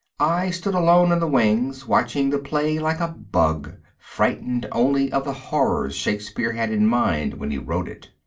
i stood alone in the wings, watching the play like a bug, frightened only of the horrors shakespeare had in mind when he wrote it.